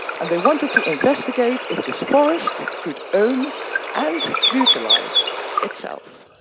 and they wanted to investigate if this forest could own and utilize itself.